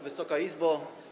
Wysoka Izbo!